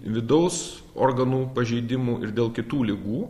vidaus organų pažeidimų ir dėl kitų ligų